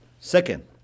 Second